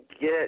get